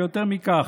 ויותר מכך,